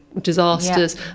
Disasters